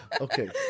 Okay